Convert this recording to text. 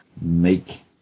make